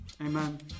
Amen